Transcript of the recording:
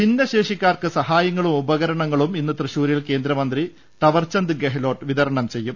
ഭിന്നശേഷിക്കാർക്ക് സഹായങ്ങളും ഉപകരണങ്ങളും ഇന്ന് തൃശൂരിൽ കേന്ദ്രമന്ത്രി തവർച്ചന്ദ് ഗെഹ്ലോട്ട് വിതരണം ചെയ്യും